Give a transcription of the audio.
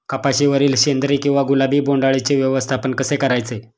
कपाशिवरील शेंदरी किंवा गुलाबी बोंडअळीचे व्यवस्थापन कसे करायचे?